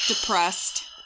depressed